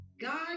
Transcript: God